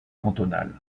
cantonal